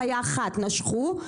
חיה אחת נשכו,